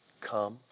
Come